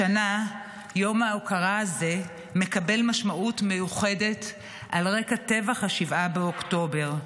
השנה יום ההוקרה הזה מקבל משמעות מיוחדת על רקע טבח 7 באוקטובר,